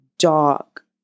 dark